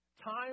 Time